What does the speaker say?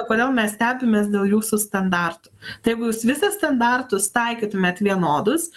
kodėl mes stebimės dėl jūsų standartų tai jeigu jūs visus standartus taikytumėt vienodus